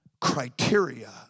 criteria